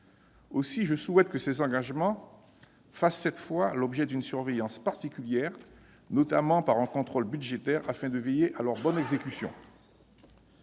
Aussi, je souhaite que ces engagements soient, cette fois, spécialement surveillés, notamment par un contrôle budgétaire, afin de veiller à leur bonne exécution.